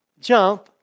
Jump